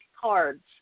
cards